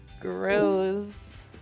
gross